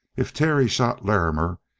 if terry shot larrimer,